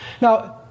Now